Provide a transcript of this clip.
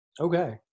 Okay